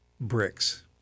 bricks